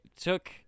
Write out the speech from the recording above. took